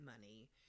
money